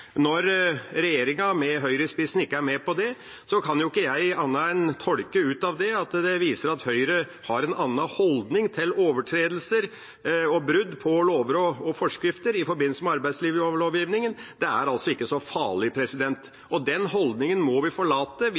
Når regjeringa, med Høyre i spissen, ikke er med på det, kan jeg ikke annet enn å tolke av det at det viser at Høyre har en annen holdning til overtredelser og brudd på lover og forskrifter i forbindelse med arbeidslivslovgivningen. Det er altså ikke så farlig. Den holdningen må vi forlate.